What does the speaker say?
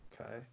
Okay